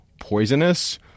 poisonous